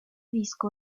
disco